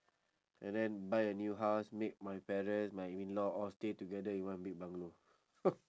and then buy a new house make my parents my in-law all stay together in one big bungalow